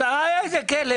איזה כלא?